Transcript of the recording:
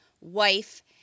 wife